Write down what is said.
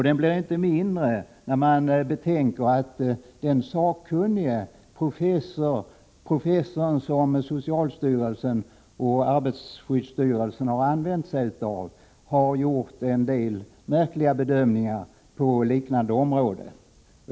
Den blir inte mindre när man betänker att den sakkunnige professor som socialstyrelsen och arbetarskyddsstyrelsen har använt sig av har gjort en del märkliga bedömningar på liknande områden.